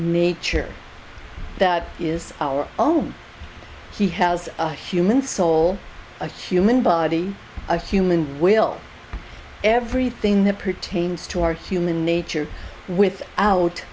nature that is our own he has a human soul a human body a human will everything that pertains to our human nature with out